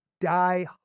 die